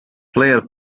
player